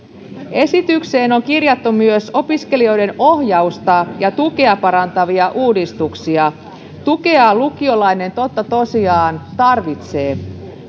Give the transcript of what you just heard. esitykseen on kirjattu myös opiskelijoiden ohjausta ja tukea parantavia uudistuksia tukea lukiolainen totta tosiaan tarvitsee